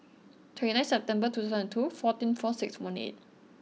twenty nine September two thousand two fourteen four six one eight